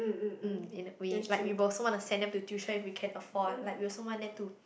mm in we like we also want to send them to tuition if we can afford like we also want them to